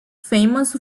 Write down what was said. famous